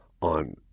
on